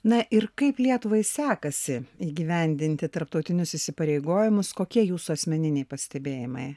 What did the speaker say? na ir kaip lietuvai sekasi įgyvendinti tarptautinius įsipareigojimus kokie jūsų asmeniniai pastebėjimai